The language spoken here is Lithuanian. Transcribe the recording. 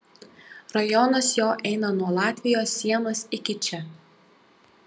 rajonas jo eina nuo latvijos sienos iki čia